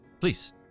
please